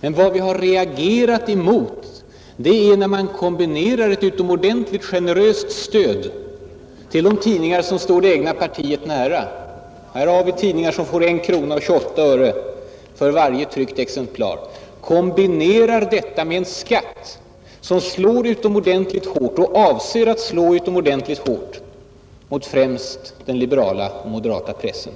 Men vad vi har reagerat emot är att man kombinerar ett utomordentligt generöst stöd till de tidningar som står det egna partiet nära — här finns tidningar som får 1:28 kronor per tryckt exemplar — med en skatt som slår utomordentligt hårt, och avser att slå utomordentligt hårt, mot främst den liberala och moderata pressen,